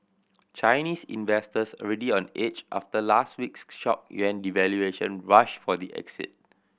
Chinese investors already on edge after last week's shock yuan devaluation rushed for the exit